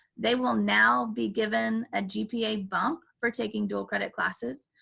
they will now be given a gpa bump for taking dual credit classes.